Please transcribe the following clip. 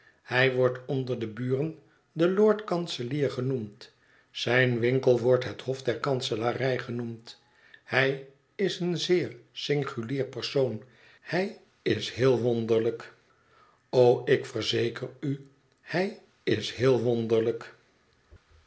hij wordt onder de buren de lordkanselier genoemd zijn winkel wordt het hof der kanselarij genoemd hij is een zeer singulier persoon hij is heel wonderlijk o ik verzeker u hij is heel wonderlijk